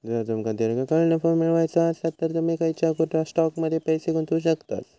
जर तुमका दीर्घकाळ नफो मिळवायचो आसात तर तुम्ही खंयच्याव स्टॉकमध्ये पैसे गुंतवू शकतास